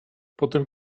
potem